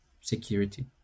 security